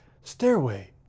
Stairway